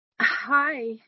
Hi